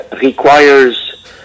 requires